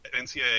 NCAA